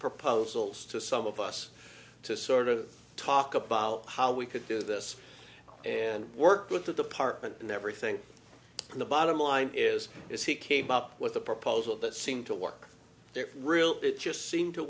proposals to some of us to sort of talk about how we could do this and work with the department and everything from the bottom line is is he came up with a proposal that seemed to work there really it just seemed to